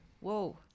Whoa